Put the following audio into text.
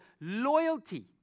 loyalty